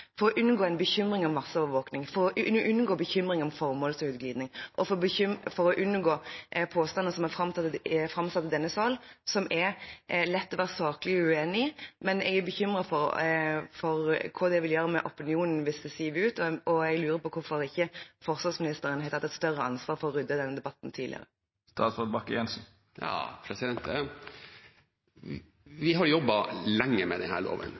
for å unngå bekymring om masseovervåking, for å unngå bekymring om formålsutgliding, og for å unngå påstander som er framsatt i denne salen, som det er lett å være saklig uenig i? Jeg er bekymret for hva det gjør med opinionen hvis det siver ut. Jeg lurer på hvorfor forsvarsministeren ikke har tatt et større ansvar for å rydde i denne debatten tidligere. Vi har jobbet lenge med denne loven. Vi sendte den